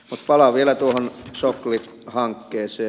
mutta palaan vielä tuohon sokli hankkeeseen